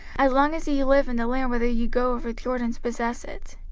as long as ye live in the land whither ye go over jordan to possess it.